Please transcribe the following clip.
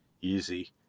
Easy